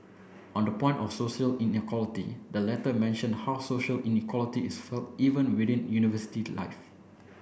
on the point of social inequality the letter mentioned how social inequality is felt even within university life